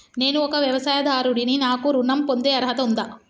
నేను ఒక వ్యవసాయదారుడిని నాకు ఋణం పొందే అర్హత ఉందా?